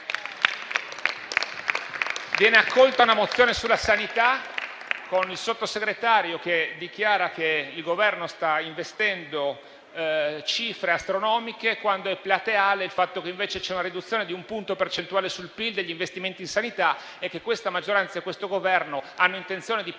Viene accolta una mozione sulla sanità con il Sottosegretario che dichiara che il Governo sta investendo cifre astronomiche, quando è plateale il fatto che, invece, c'è una riduzione di un punto percentuale sul PIL degli investimenti in sanità e che la maggioranza e il Governo hanno intenzione di procedere